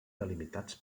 delimitats